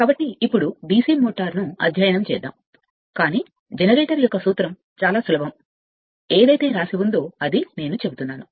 కాబట్టి ఇప్పుడు DC మోటారును అధ్యయనం చేద్దాం కాని జనరేటర్ యొక్క సూత్రం చాలా సులభం ఏదైతే రాసి ఉందొ అది నేను చెబుతున్నాను